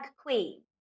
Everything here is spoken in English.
queen